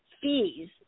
fees